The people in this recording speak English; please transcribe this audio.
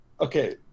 Okay